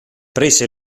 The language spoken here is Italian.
prese